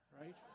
Right